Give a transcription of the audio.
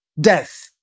death